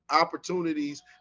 opportunities